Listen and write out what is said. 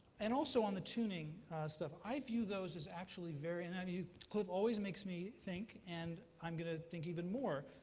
and also on the tuning stuff, i view those as actually very and cliff always makes me think, and i'm going to think even more.